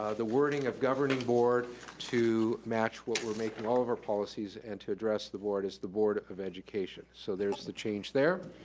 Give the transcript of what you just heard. ah wording of governing board to match what we're making all of our policies, and to address the board as the board of education. so there's the change there.